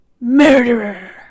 murderer